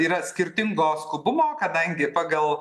yra skirtingo skubumo kadangi pagal